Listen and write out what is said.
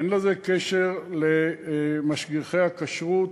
אין לזה קשר למשגיחי הכשרות,